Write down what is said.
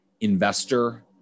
investor